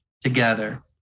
together